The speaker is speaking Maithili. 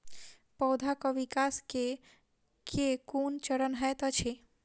पौधाक विकास केँ केँ कुन चरण हएत अछि?